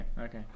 okay